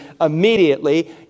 immediately